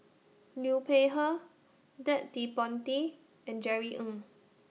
Liu Peihe Ted De Ponti and Jerry Ng